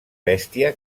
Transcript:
bèstia